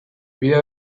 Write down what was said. bide